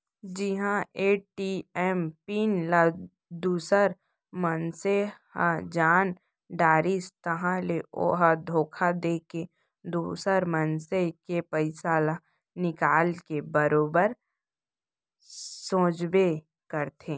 जिहां ATM PIN ल दूसर मनसे ह जान डारिस ताहाँले ओ ह धोखा देके दुसर मनसे के पइसा ल निकाल के बरोबर सोचबे करथे